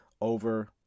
over